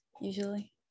usually